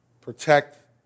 protect